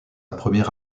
première